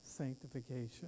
sanctification